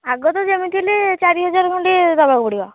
ଆଗ ତ ଯେମିତି ହେଲେ ଚାରି ହଜାର ଖଣ୍ଡେ ଦେବାକୁ ପଡ଼ିବ